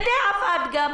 גם בדיעבד.